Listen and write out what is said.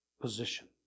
position